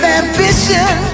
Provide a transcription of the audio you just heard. ambition